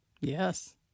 Yes